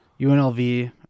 UNLV